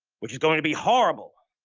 which is going to be horrible.